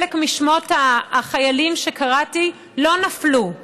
חלק מהחיילים שאת שמותיהם קראתי לא נפלו,